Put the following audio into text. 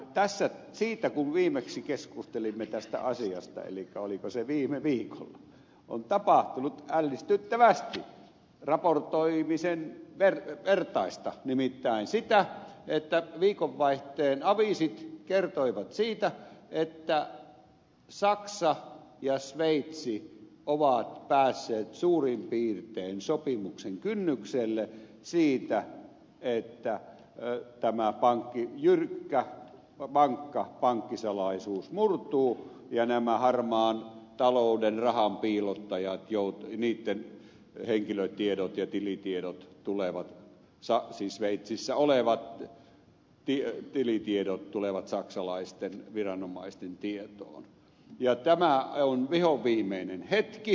sen jälkeen kun viimeksi keskustelimme tästä asiasta elikkä oliko se viime viikolla on tapahtunut ällistyttävästi raportoimisen vertaista nimittäin sitä että viikonvaihteen aviisit kertoivat että saksa ja sveitsi ovat päässeet suurin piirtein sopimuksen kynnykselle siitä että tämä jyrkkä vankka pankkisalaisuus murtuu ja näiden harmaan talouden rahanpiilottajien henkilötiedot ja tilitiedot tulevat siis sveitsissä olevat tilitiedot tulevat saksalaisten viranomaisten tietoon ja tämä on vihonviimeinen hetki